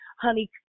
honey